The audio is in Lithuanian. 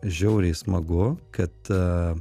žiauriai smagu kad